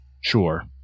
Sure